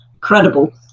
credible